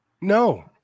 No